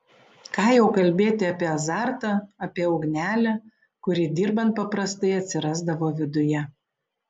ką jau kalbėti apie azartą apie ugnelę kuri dirbant paprastai atsirasdavo viduje